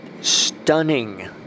stunning